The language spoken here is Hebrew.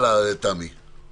הלאה, תמי.